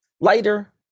lighter